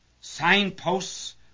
Signposts